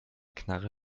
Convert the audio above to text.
knarre